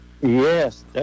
Yes